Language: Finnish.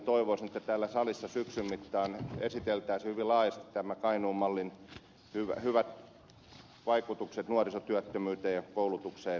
toivoisin että täällä salissa syksyn mittaan esiteltäisiin hyvin laajasti tämän kainuun mallin hyvät vaikutukset nuorisotyöttömyyteen ja koulutukseen